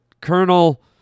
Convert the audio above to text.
Colonel